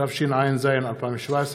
התשע"ז 2017,